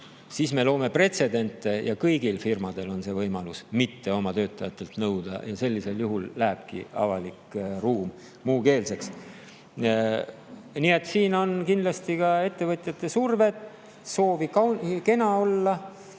siis me loome pretsedente ja kõigil firmadel on võimalus oma töötajatelt mitte nõuda. Sellisel juhul lähebki avalik ruum muukeelseks. Nii et siin on kindlasti ka ettevõtjate survet, soovi kena olla,